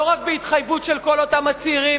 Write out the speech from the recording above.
לא רק בהתחייבות של כל אותם צעירים,